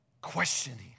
questioning